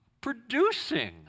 producing